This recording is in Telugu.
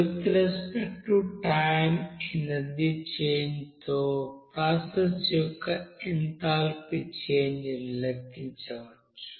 with respect to time energy change తో ప్రాసెస్ యొక్క ఎంథాల్పీ చేంజ్ లెక్కించవచ్చు